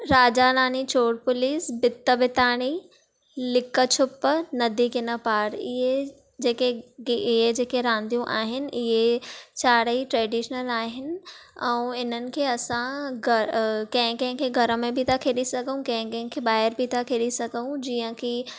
राजा रानी चोर पुलिस बित बिताणी लीक छुप नदी कीन पारि इहे जेके इहे जेके रांधियूं आहिनि इहे चारई ट्रेडिशनल आहिनि ऐं इन्हनि खे असां कंहिं कंहिं खे घर में बि था खेॾी सघूं कंहिं कंहिं खे ॿाहिरि बि था खेॾी सघूं जीअं की